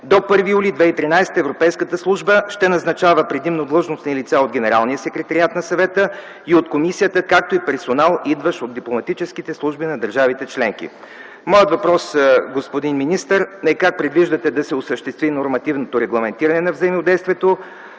До 1 юли 2013 г. Европейската служба ще назначава предимно длъжностни лица от Генералния секретариат на Съвета и от Комисията, както и персонал, идващ от дипломатическите служби на държавите членки. Моят въпрос, господин министър, е: как предвиждате да се осъществи нормативното регламентиране на взаимодействието